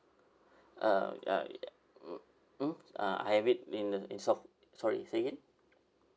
uh ya um mm ah I have it in the in so~ sorry say again